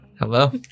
Hello